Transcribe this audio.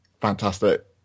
fantastic